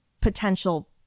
potential